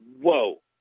whoa